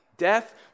Death